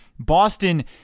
Boston